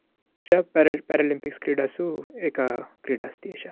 एषा पेर् पेरालम्पिक्स् क्रीडासु एका क्रीडा अस्ति एषा